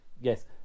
Yes